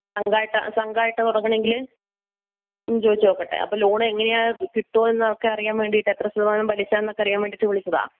സംഘമായിട്ട് ആ സംഘമായിട്ട് തുടങ്ങണമെങ്കിൽ ചോദിച്ചു നോക്കട്ടെ അപ്പോൾ ലോൺ എങ്ങനെയാ കിട്ടുമോ എന്നൊക്കെ അറിയാൻ വേണ്ടിയിട്ട് എത്ര ശതമാനം പലിശ എന്നൊക്കെ അറിയാൻ വേണ്ടിയിട്ട് വിളിച്ചതാ